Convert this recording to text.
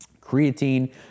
creatine